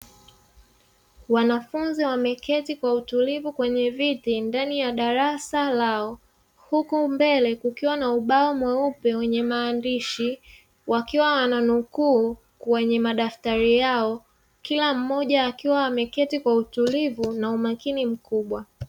Wanafunzi wemeketi kwa utulivu ndani ya darasa lao, huku mbele kukiwa na ubao mweupe wenye maandishi, wakiwa wananukuu kwenye madaftari yao, kila mmoja akiwa ameketi kwa utulivu na umakini mkubwa.